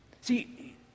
See